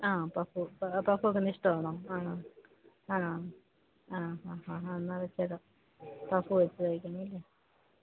ആ puff puff വെയ്ക്കുന്നത് ഇഷ്ടമാണോ ആണോ ആണോ ആ ഹാ ഹാ ഹാ എന്നാലത് വെച്ചുതരാം പഫ് വെച്ച് തയ്ക്കണമല്ലേ